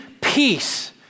peace